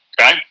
Okay